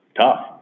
tough